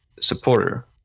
supporter